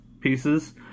pieces